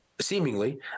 seemingly